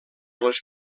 les